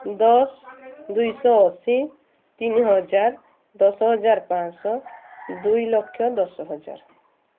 ଦଶ ଦୁଇଶହ ଅଶୀ ତିନିହଜାର ଦଶ ହଜାର ପାଞ୍ଚଶହ ଦୁଇ ଲକ୍ଷ ଦଶ ହଜାର